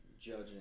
judging